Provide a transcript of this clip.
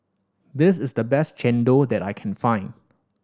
this is the best chendol that I can find